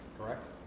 Correct